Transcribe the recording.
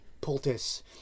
poultice